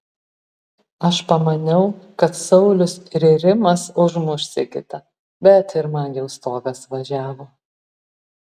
aš pamaniau kad saulius ir rimas užmuš sigitą bet ir man jau stogas važiavo